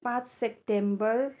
पाँच सेप्टेम्बर